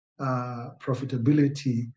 profitability